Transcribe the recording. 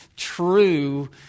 true